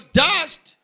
dust